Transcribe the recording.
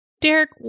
Derek